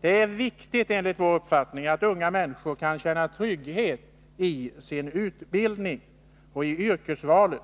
Det är enligt vår uppfattning viktigt att unga människor kan känna trygghet i sin utbildning och i sitt yrkesval.